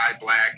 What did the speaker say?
black